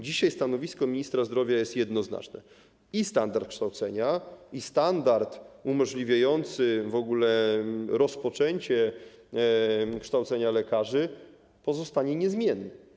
Dzisiaj stanowisko ministra zdrowia jest jednoznaczne: i standard kształcenia, i standard umożliwiający w ogóle rozpoczęcie kształcenia lekarzy pozostanie niezmienny.